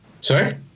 sorry